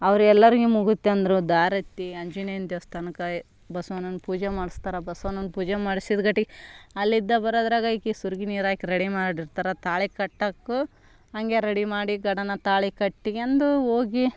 ಅವರೆಲ್ಲರಿಗು ಮುಗಿತಂದರು ದಾರೆತ್ತಿ ಆಂಜನೇಯನ ದೇವಸ್ಥಾನಕ್ಕಾ ಬಸವನನ್ನು ಪೂಜೆ ಮಾಡಿಸ್ತಾರ ಬಸವನನ್ನು ಪೂಜೆ ಮಾಡ್ಸಿದ ಗಟಿ ಅಲ್ಲಿದ್ದ ಬರೋದ್ರಾಗೆ ಇಕಿ ಸುರಗಿ ನೀರು ಹಾಕಿ ರೆಡಿ ಮಾಡಿರ್ತಾರೆ ತಾಳಿ ಕಟ್ಟೊಕು ಹಂಗೆ ರೆಡಿ ಮಾಡಿ ಗಡನ ತಾಳಿ ಕಟ್ಗೆಂಡು ಹೋಗಿ